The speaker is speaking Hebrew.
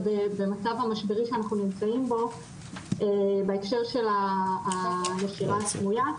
ובמצב המשברי שאנחנו נמצאים בו בהקשר של הנשירה הסמויה.